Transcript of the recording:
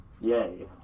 Yay